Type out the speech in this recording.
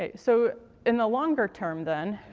yeah so in the longer term then,